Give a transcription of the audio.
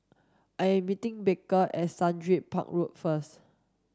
I am meeting Baker at Sundridge Park Road first